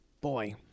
Boy